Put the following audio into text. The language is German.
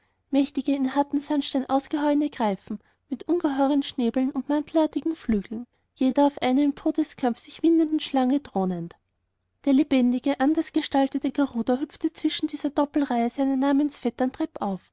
mächtige in harten sandstein ausgehauene greifen mit ungeheuren schnäbeln und mantelartigen flügeln jeder auf einer im todeskampf sich windenden schlange thronend der lebendige andersgestaltete garuda hüpfte zwischen dieser doppelreihe seiner namensvettern